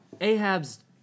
Ahab's